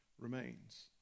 remains